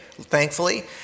thankfully